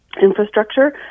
infrastructure